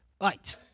Right